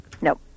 Nope